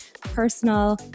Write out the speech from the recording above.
personal